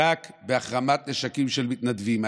רק בהחרמת נשקים של מתנדבים,